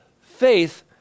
faith